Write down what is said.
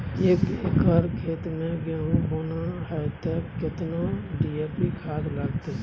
एक एकर खेत मे गहुम बोना है त केतना डी.ए.पी खाद लगतै?